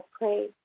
pray